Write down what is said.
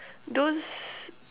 those